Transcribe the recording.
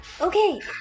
Okay